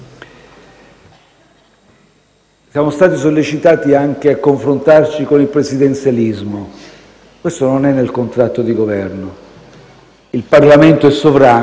Siamo stati sollecitati anche a confrontarci con il presidenzialismo. Questo non è nel contratto di Governo. Il Parlamento è sovrano,